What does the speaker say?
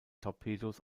torpedos